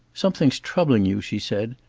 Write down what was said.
something's troubling you, she said.